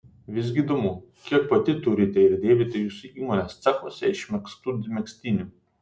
visgi įdomu kiek pati turite ir dėvite jūsų įmonės cechuose išmegztų megztinių